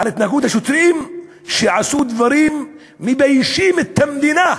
על התנהגות השוטרים שעשו דברים שמביישים את המדינה,